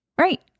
Right